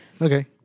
Okay